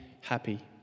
happy